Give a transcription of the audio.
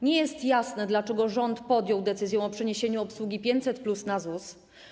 Nie jest jasne, dlaczego rząd podjął decyzję o przeniesieniu obsługi 500+ do ZUS.